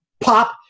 pop